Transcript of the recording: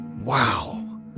wow